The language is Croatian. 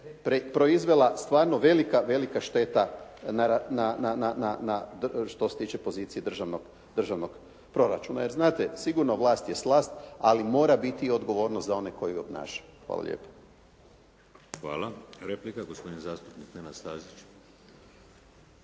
proizvela stvarno velika, velika šteta na što se tiče pozicije državnog proračuna. Jer znate sigurna vlast je slast, ali mora biti odgovornost za one koji ju obnašaju. Hvala lijepo. **Šeks, Vladimir (HDZ)** Hvala. Replika gospodin zastupnik Nenad Stazić.